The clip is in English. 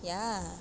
ya